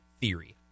theory